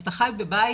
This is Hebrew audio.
אז אתה חי בבית,